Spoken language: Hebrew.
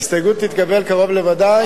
ההסתייגות תתקבל קרוב לוודאי.